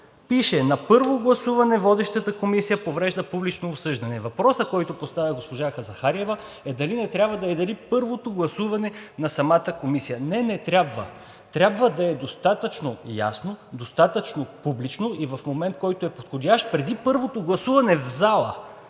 Пише: „На първо гласуване водещата комисия провежда публично обсъждане.“ Въпросът, който поставя госпожа Захариева, е дали не трябва да е първото гласуване на самата комисия. Не, не трябва. Трябва да е достатъчно ясно, достатъчно публично и в момент, който е подходящ, преди първото гласуване в залата,